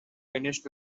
finished